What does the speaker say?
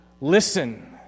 listen